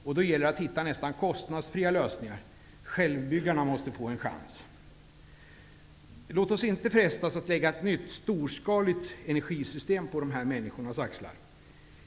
Därför gäller det att hitta nästan kostnadsfria lösningar. Självbyggarna måste få en chans. Låt oss inte frestas att lägga ett nytt storskaligt energisystem på de här människornas axlar.